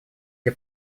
для